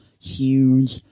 huge